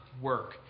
work